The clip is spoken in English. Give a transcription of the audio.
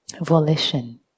volition